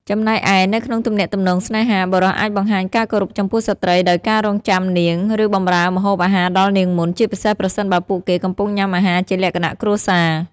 ចំណែកឯ នៅក្នុងទំនាក់ទំនងស្នេហា បុរសអាចបង្ហាញការគោរពចំពោះស្ត្រីដោយការរង់ចាំនាង ឬបម្រើម្ហូបអាហារដល់នាងមុន ជាពិសេសប្រសិនបើពួកគេកំពុងញ៉ាំអាហារជាលក្ខណៈគ្រួសារ។